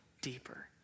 deeper